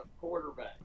quarterback